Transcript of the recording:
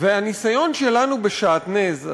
והניסיון שלנו בשעטנז,